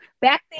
Back